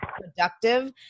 productive